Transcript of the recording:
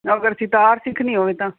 ਅਗਰ ਸਿਤਾਰ ਸਿੱਖਣੀ ਹੋਵੇ ਤਾਂ